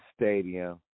stadium